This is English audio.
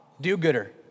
do-gooder